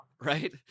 right